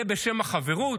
זה בשם החברות?